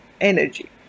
energy